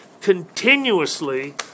continuously